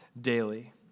daily